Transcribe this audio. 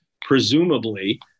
presumably